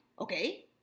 okay